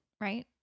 right